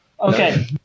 Okay